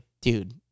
dude